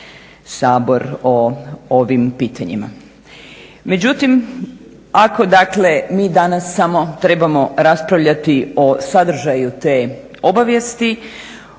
Sabor o ovim pitanjima. Međutim ako dakle mi danas samo trebamo raspraviti o sadržaju te obavijesti